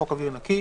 חוק אוויר נקי)